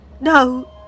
No